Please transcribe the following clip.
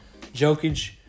Jokic